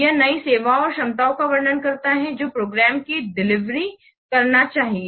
यह नई सेवाओं या क्षमताओं का वर्णन करता है जो प्रोग्राम को डिलीवर करना चाहिए